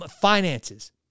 finances